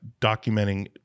documenting